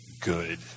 good